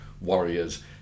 warriors